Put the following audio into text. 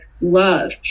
love